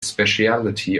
specialty